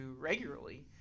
regularly